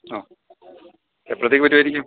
ആ എപ്പോഴത്തേക്ക് വരുവായിരിക്കും